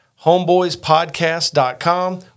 homeboyspodcast.com